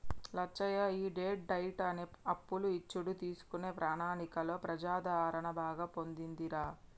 లచ్చయ్య ఈ debt diet అనే అప్పులు ఇచ్చుడు తీసుకునే ప్రణాళికలో ప్రజాదరణ బాగా పొందిందిరా